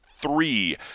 Three